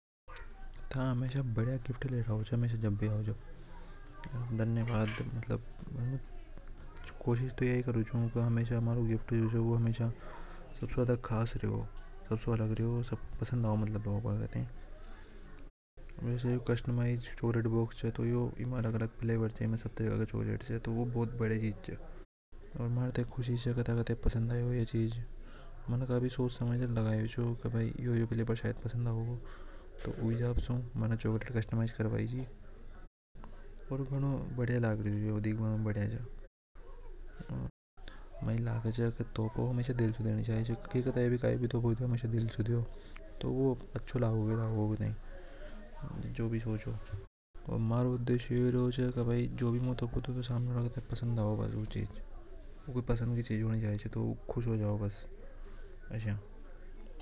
हा धर्म के बिना भी दैनिक जीवन जिया जा सके है। बस इंसानियत होनी चाहिए उ हिसाब सु धर्म के ऊपर भी इंसान तर्क वितर्क करके अपनी समझ सु किसी भी चीज की समझ सके से कोई भी नुकसान च या नि च। उ सब चीजा ने समझ सके च। नैतिकता को मतलब योई च की था सही गलत का मतलब समझ सके अच्छों बुरा भी समझ सके। धरम भी वो ही कम करे च इनसान में अगर समझ होगी। तो अच्छों या ब्यूरो वो समझ ही सके च तो जियो जा सके च धरम के बिना ओर धरम होवे तो भी।